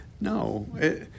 no